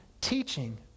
teaching